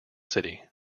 city